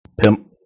pimp